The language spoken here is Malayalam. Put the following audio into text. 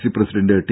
C president T